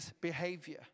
behavior